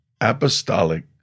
apostolic